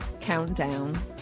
Countdown